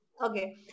Okay